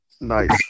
Nice